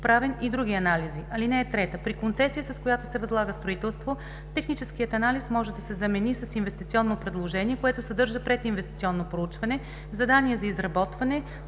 правен и други анализи. (3) При концесия, с която се възлага строителство, техническият анализ може да се замени с инвестиционно предложение, което съдържа прединвестиционно проучване, задание за изработване